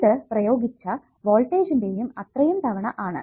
ഇത് പ്രയോഗിച്ച വോൾട്ടേജിന്റെ അത്രയും തവണ ആണ്